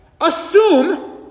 assume